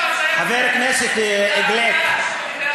חבר הכנסת גליק,